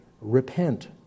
Repent